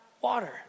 Water